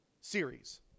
series